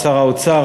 שר האוצר,